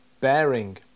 bearing